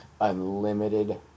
Unlimited